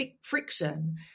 friction